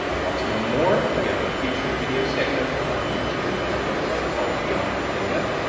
want to know more? we have a featured video segment on youtube and our website called beyond the data,